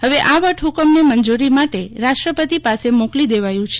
હવે આ વટહુકમને મંજૂરી માટે રાષ્ટ્રપતિ પાસે મોકલી દેવાયું છે